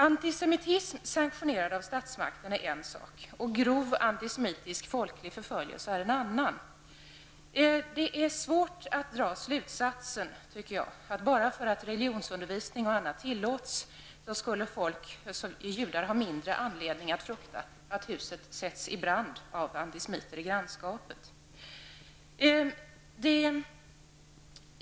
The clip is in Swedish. Antisemitism sanktionerad av statsmakten är en sak -- grov antisemitisk folklig förföljelse en annan. Jag tycker att det är svårt att dra slutsatsen, att bara för att religionsundervisning och annt tillåts, så skulle judarna ha mindre anledning att frukta att huset sätts i brand av antisemiter i grannskapet.